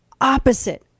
opposite